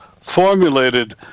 formulated